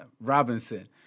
Robinson